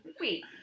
Wait